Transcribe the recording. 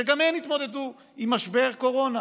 שגם הן התמודדו עם משבר קורונה.